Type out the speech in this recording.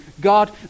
God